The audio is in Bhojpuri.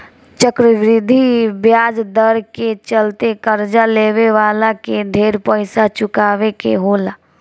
चक्रवृद्धि ब्याज दर के चलते कर्जा लेवे वाला के ढेर पइसा चुकावे के होला